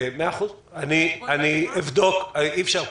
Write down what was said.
אי-אפשר פה,